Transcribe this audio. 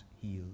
healed